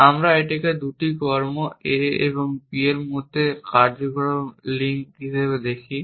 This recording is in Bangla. এবং আমরা এটিকে দুটি কর্ম a এবং b এর মধ্যে একটি কার্যকারণ লিঙ্ক হিসাবে দেখি